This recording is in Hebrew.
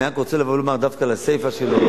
אני רק רוצה לבוא ולומר דווקא על הסיפא שלו.